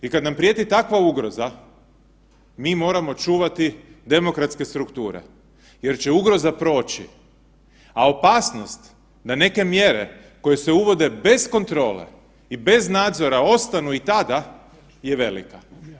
I kada nam prijeti takva ugroza mi moramo čuvati demokratske strukture jer će ugroza proći, a opasnost na neke mjere koje se uvode bez kontrole i bez nadzora ostanu i tada je velika.